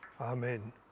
Amen